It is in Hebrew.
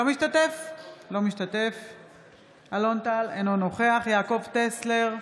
לא משתתף אלון טל, אינו נוכח יעקב טסלר,